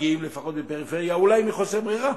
מגיעים לפריפריה, אולי מחוסר ברירה,